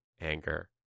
anger